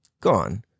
gone